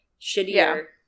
shittier